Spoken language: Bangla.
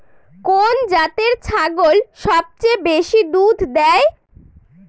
কোন জাতের ছাগল সবচেয়ে বেশি দুধ দেয়?